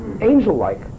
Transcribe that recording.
angel-like